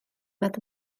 nad